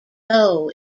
low